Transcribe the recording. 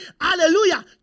Hallelujah